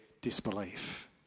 disbelief